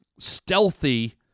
stealthy